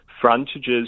frontages